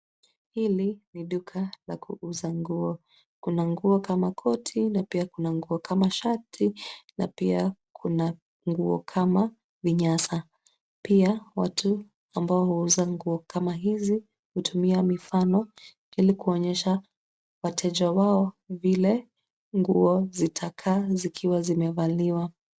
Hili ni duka la kuuza nguo. Kuna nguo kama koti, na pia kuna nguo kama shati na pia kuna nguo kama vinyasa. Watu ambao wauza nguo kama hizi hutumia mifano ili kuonyesha wateja wao vile nguo zitakaa zikiwa zimevaliwa.